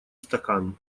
стакан